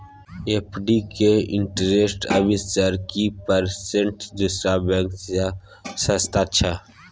FD के interest अभी sir की परसेंट दूसरा बैंक त सस्ता छः?